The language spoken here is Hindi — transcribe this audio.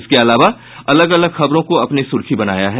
इसके अलावा अलग अलग खबरों को अपनी सुर्खी बनाया है